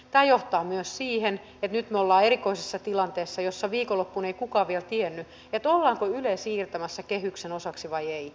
tämä johtaa myös siihen että nyt me olemme erikoisessa tilanteessa jossa viikonloppuna ei kukaan vielä tiennyt ollaanko yle siirtämässä kehyksen osaksi vai ei